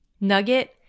nugget